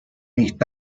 nicht